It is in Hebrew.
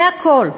זה הכול.